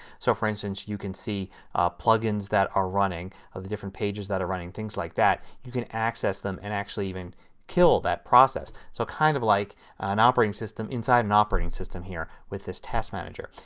so for instance you can see plugins that are running, the different pages that are running, things like that. you can access them and actually even kill that process. so kind of like an operating system inside an operating system here with this task manager.